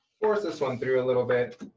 force this one through a little bit,